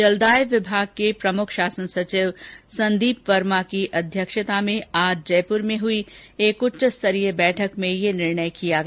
जलदाय विभाग के प्रमुख शासन सचिव संदीप वर्मा की अध्यक्षता में आज जयपुर में हुई एक उच्चस्तरीय बैठक में यह निर्णय किया गया